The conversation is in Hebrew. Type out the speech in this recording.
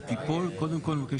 תודה רבה.